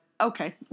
okay